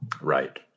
Right